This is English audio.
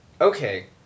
okay